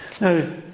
Now